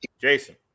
Jason